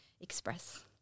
express